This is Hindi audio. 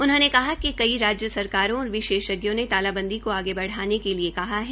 उन्होंने कहा कि कई राज्य सरकारों और विशेषज्ञों ने तालाबंदी को आगे बढ़ाने के लिए कहा है